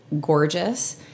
gorgeous